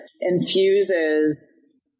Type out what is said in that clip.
infuses